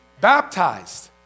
Baptized